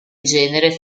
genere